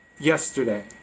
yesterday